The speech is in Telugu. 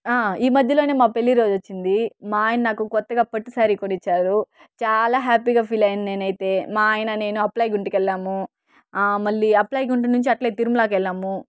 ఈ మధ్యలోనే మా పెళ్ళి రోజొచ్చింది మా ఆయన నాకు కొత్తగా పట్టు శారీ కొనిచ్చారు చాలా హ్యాపీగా ఫీల్ అయ్యాను నేనైతే మా ఆయన నేను అప్లైగుంటికెళ్ళాము మళ్ళీ అప్లైగుండు నుంచి అట్లే తిరుమలా కెళ్ళినాము